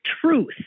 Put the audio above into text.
truth